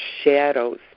shadows